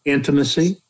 Intimacy